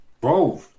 Bro